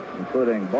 including